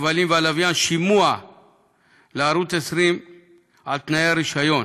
כבלים ושידורי לוויין שימוע לערוץ 20 על תנאי הרישיון.